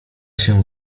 się